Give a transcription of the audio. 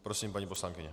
Prosím, paní poslankyně.